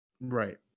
Right